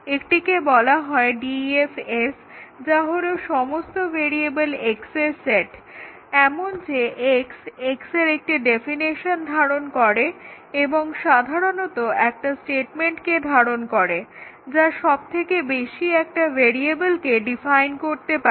একটিকে বলা হয় DEF S যা হলো সমস্ত ভেরিয়েবল X এর সেট এমন যে X X এর একটি ডেফিনেশন ধারণ করে এবং সাধারণত একটা স্টেটমেন্টকে ধারণ করে যা সবথেকে বেশি একটা ভেরিয়েবলকে ডিফাইন করতে পারে